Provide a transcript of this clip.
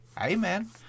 Amen